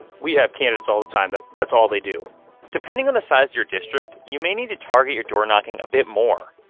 we have candidates all the time, that's that's all they do depending on the size of your district, you may need to target your door knocking a bit more.